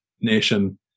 nation